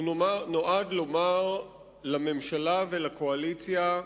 הוא נועד לומר לממשלה ולקואליציה: